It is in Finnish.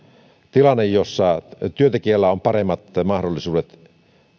tilanne jossa työntekijällä on paremmat mahdollisuudet